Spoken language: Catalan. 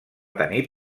tenir